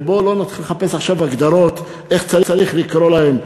ובואו לא נתחיל לחפש עכשיו הגדרות איך צריך לקרוא להם.